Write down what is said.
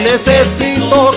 Necesito